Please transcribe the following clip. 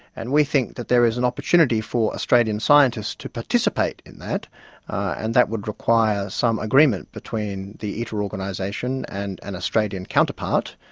and we think there is an opportunity for australian scientists to participate in that and that would require some agreement between the iter organisation and an australian counterpart.